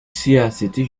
siyaseti